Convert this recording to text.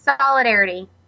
Solidarity